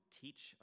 teach